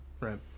right